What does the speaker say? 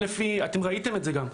אתם ראיתם את זה גם,